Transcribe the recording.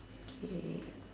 key